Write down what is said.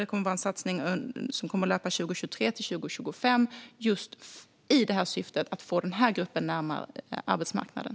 Det kommer att vara en satsning som kommer att löpa under 2023-2025 just i syfte att få denna grupp närmare arbetsmarknaden.